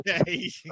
okay